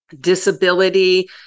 disability